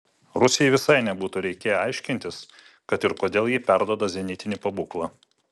rusijai visai nebūtų reikėję aiškintis kad ir kodėl ji perduoda zenitinį pabūklą